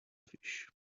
fish